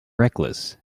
reckless